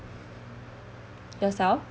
yourself